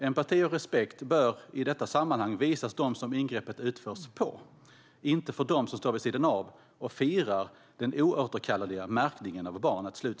Empati och respekt bör i detta sammanhang visas de som ingreppet utförs på, inte för dem som står vid sidan av och firar den oåterkalleliga märkningen av barnet."